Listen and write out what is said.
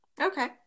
okay